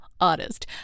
artist